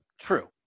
True